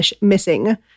missing